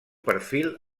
perfil